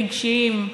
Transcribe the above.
רגשיים,